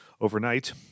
Overnight